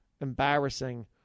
embarrassing